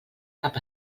cap